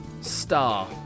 star